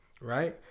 right